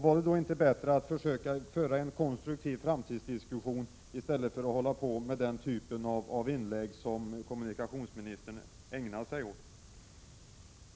Vore det inte bättre att försöka föra en konstruktiv framtidsdiskussion i stället för att göra den typ av inlägg som kommunikationsministern ägnar sig åt?